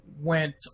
went